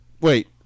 Wait